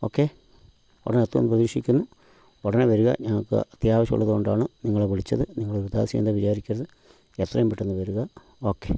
okay ഉടനെ എത്തുമെന്ന് പ്രതീക്ഷിക്കുന്നു ഉടനെ വരിക ഞങ്ങൾക്ക് അത്യാവശ്യമുള്ളത് കൊണ്ടാണ് നിങ്ങളെ വിളിച്ചത് നിങ്ങള് ഉദാസീനത വിചാരിക്കരുത് എത്രയും പെട്ടന്ന് വരിക ഓക്കെ